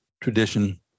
tradition